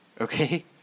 Okay